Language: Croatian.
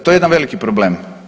To je jedan veliki problem.